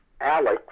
Alex